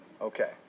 Okay